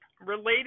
related